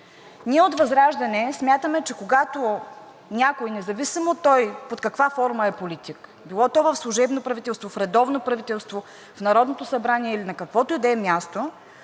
Ние от ВЪЗРАЖДАНЕ смятаме, че когато някой, независимо под каква форма, е политик – било то в служебно правителство, в редовно правителство, в Народното събрание или на каквото и да е място,